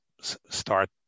start